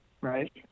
Right